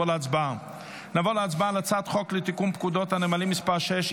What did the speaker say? נעבור להצבעה על הצעת חוק לתיקון פקודת הנמלים (מס' 6)